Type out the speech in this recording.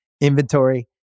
inventory